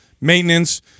maintenance